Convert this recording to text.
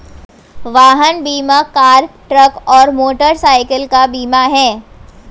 वाहन बीमा car, truck और मोटरसाइकिल का बीमा है